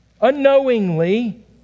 unknowingly